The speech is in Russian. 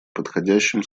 подходящим